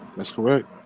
that's correct